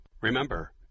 Remember